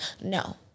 No